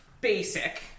basic